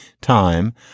time